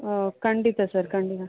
ಓಹ್ ಖಂಡಿತ ಸರ್ ಖಂಡಿತ